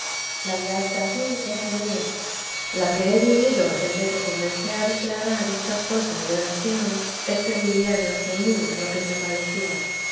la de tebesa de jesús tfk hasta aquí era mía la que he vivido desde que comencé a declarar estas cosas de oración es que vivía dios en mí a lo que me parecía